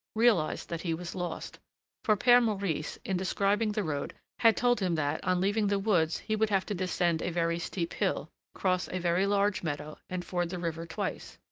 realized that he was lost for pere maurice, in describing the road, had told him that, on leaving the woods, he would have to descend a very steep hill, cross a very large meadow, and ford the river twice.